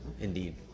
Indeed